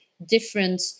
different